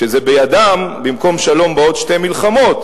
כשזה בידם, במקום שלום באות שתי מלחמות.